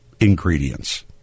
ingredients